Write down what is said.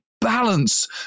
balance